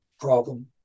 problem